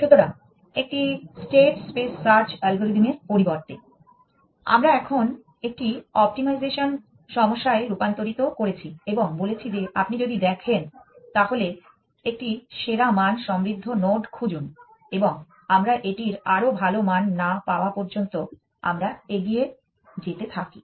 সুতরাং একটি state space search অ্যালগরিদমের পরিবর্তে আমরা এখন একটি অপ্টিমাইজেশান সমস্যায় রূপান্তরিত করেছি এবং বলেছি যে আপনি যদি দেখেন তাহলে একটি সেরা মান সমৃদ্ধ নোড খুঁজুন এবং আমরা এটির আরও ভাল মান না পাওয়া পর্যন্ত আমরা এগিয়ে যেতে থাকি